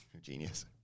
Genius